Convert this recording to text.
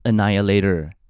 Annihilator